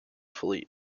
fleet